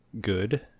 good